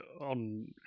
on